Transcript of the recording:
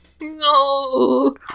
No